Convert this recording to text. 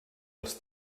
els